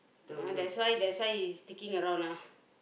ah that's why that's why he's sticking around ah